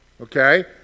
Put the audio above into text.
Okay